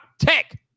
tech